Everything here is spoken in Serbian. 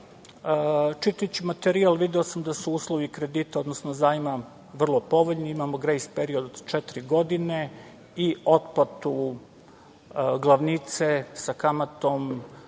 Čitajući materijal video sam da su uslovi kredita, odnosno zajma vrlo povoljni, imamo grejs period od četiri godine i otplatu glavnice sa kamatom